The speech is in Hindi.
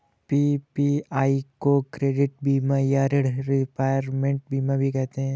पी.पी.आई को क्रेडिट बीमा या ॠण रिपेयरमेंट बीमा भी कहते हैं